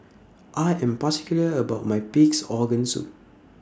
I Am particular about My Pig'S Organ Soup